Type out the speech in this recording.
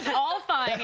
but all fine